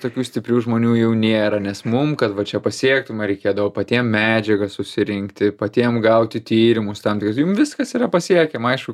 tokių stiprių žmonių jau nėra nes mum kad va čia pasiektum reikėdavo patiem medžiagą susirinkti patiem gauti tyrimus ten jum viskas yra pasiekiama aišku